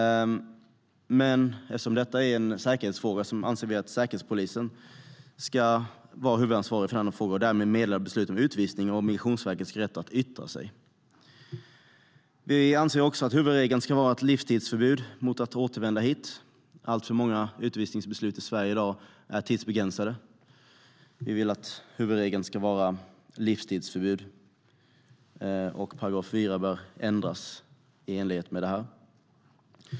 Men eftersom detta är en säkerhetsfråga anser vi att Säkerhetspolisen ska vara huvudansvarig för frågan och därmed meddela beslut om utvisning och att Migrationsverket ska ha rätt att yttra sig. Vi anser att huvudregeln ska vara ett livstidsförbud mot att återvända hit. Alltför många utvisningsbeslut i Sverige i dag är tidsbegränsade. Vi vill att huvudregeln ska vara livstidsförbud. 4 § bör ändras i enlighet med detta.